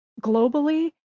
globally